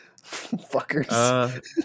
Fuckers